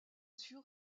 sûr